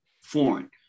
Foreign